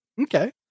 Okay